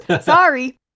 Sorry